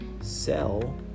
sell